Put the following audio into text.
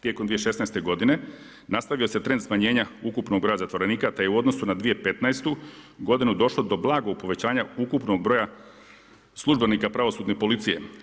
Tijekom 2016. godine nastavio se trend smanjenja ukupnog broja zatvorenika, te je u odnosu na 2015. godinu došlo do blagog povećanja ukupnog broja službenika pravosudne policije.